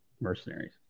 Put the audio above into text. mercenaries